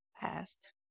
past